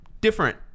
different